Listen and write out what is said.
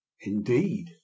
indeed